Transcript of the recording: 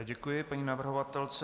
Děkuji paní navrhovatelce.